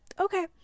okay